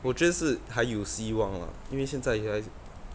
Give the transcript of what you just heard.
我觉得是还有希望啊因为现在还